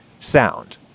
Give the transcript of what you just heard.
sound